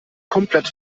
komplett